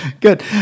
Good